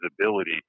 visibility